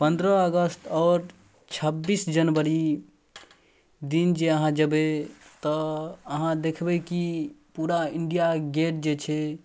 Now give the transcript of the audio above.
पनरह अगस्त आओर छब्बीस जनवरी दिन जे अहाँ जेबै तऽ अहाँ देखबै कि पूरा इण्डिया गेट जे छै